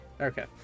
Okay